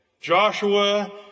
Joshua